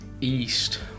east